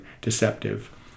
deceptive